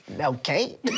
Okay